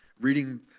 reading